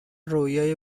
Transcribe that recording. رویای